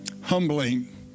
humbling